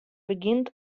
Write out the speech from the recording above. begjint